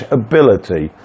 ability